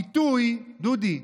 דודי,